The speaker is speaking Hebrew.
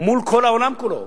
מול כל העולם כולו.